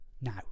now